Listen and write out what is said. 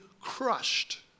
crushed